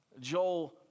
Joel